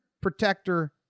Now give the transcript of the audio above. protector